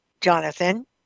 Jonathan